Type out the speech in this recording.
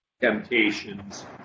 temptations